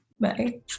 Bye